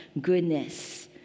goodness